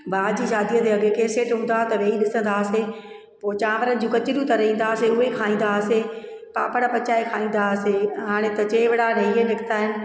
भाउ जी शादीअ ते अॻे कैसट हूंदा हुआ त वेई ॾिसंदा हुआसीं पोइ चांवरनि जूं कचरियूं तरे ईंदा हुआसीं उहे खाईंदा हुआसीं पापड़ पचाए खाईंदा हुआसीं हाणे त चेवड़ा अलाही निकिता आहिनि